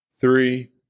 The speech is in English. three